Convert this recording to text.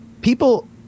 People